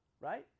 right